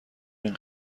این